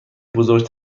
بزرگ